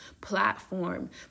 platform